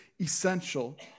essential